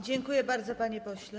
Dziękuję bardzo, panie pośle.